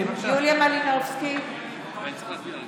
2 בפריימריז, בקרוב אצלך.